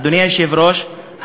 אדוני היושב-ראש,